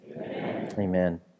Amen